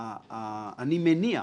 מניח